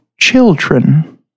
children